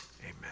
amen